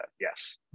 yes